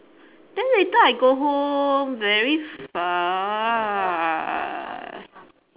then later I go home very far